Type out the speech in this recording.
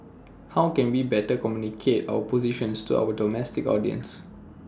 how can we better communicate our positions to our domestic audience